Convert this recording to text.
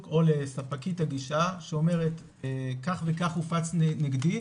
או לספקית הגישה שאומרת כך וכך הופץ נגדי,